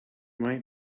might